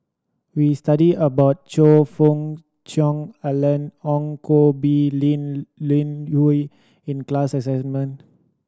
we studied about Choe Fook Cheong Alan Ong Koh Bee Linn In Hua in the class assignment